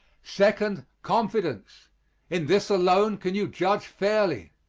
second, confidence in this alone can you judge fairly.